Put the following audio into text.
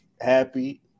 happy